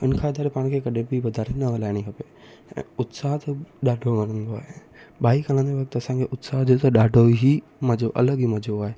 हिन खां वाधारे पाण खे कॾहिं बि वाधारे न हलाइणी खपे ऐं उत्साह त ॾाढो वणंदो आहे बाइक हलाईंदे वक़्तु असांजो उत्साह जंहिं सां ॾाढो ई मज़ो अलॻि ई मज़ो आहे